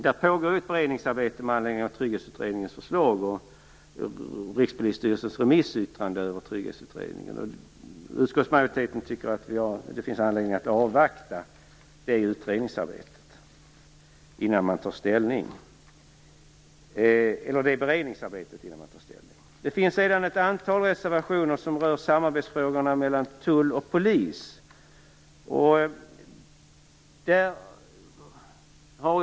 Där pågår ett beredningsarbete med anledning av Trygghetsutredningens förslag och Rikspolisstyrelsens remissyttrande över Trygghetsutredningen. Utskottsmajoriteten tycker att det finns anledning att avvakta det beredningsarbetet innan man tar ställning. Sedan finns det ett antal reservationer som rör samarbetsfrågorna mellan tull och polis.